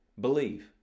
believe